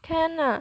can lah